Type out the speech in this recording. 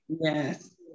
Yes